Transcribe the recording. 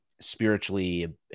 spiritually